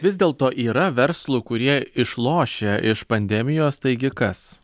vis dėlto yra verslų kurie išlošia iš pandemijos taigi kas